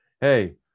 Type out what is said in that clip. hey